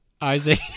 Isaac